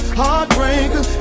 heartbreaker